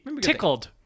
tickled